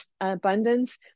abundance